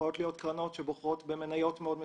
יכולות להיות קרנות נאמנות שבוחרות במניות מאוד מסוכנות,